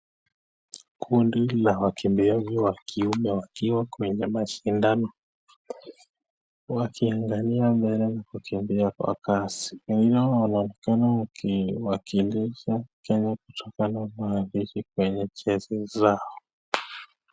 Kundi la wakimbiaji wa kiume wakiwa kwenye mashindano wakiangalia mbele na kutembea kwa kasi, wengi wanaonekana wakiwakilisha Kenya kutokana na maandishi kwenye jezi zao.